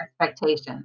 expectations